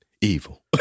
evil